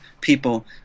people